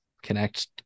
Connect